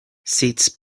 sits